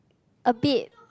a bit